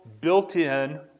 built-in